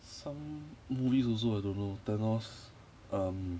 some movies also I don't know thanos um